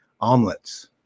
omelets